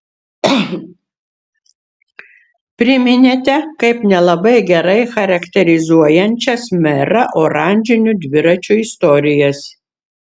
priminėte kaip nelabai gerai charakterizuojančias merą oranžinių dviračių istorijas